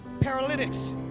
paralytics